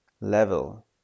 level